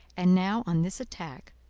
and now on this attack,